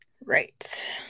Right